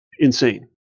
Insane